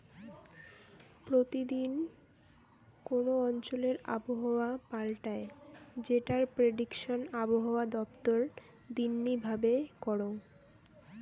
প্রতি দিন কোন অঞ্চলে আবহাওয়া পাল্টায় যেটার প্রেডিকশন আবহাওয়া দপ্তর দিননি ভাবে করঙ